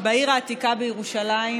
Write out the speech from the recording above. בעיר העתיקה בירושלים.